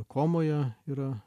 komoje yra